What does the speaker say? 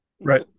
Right